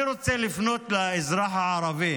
אני רוצה לפנות לאזרח הערבי